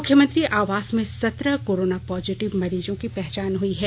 मुख्यमंत्री आवास में सत्रह कोरोना पॉजिटिव मरीजों की पहचान हई है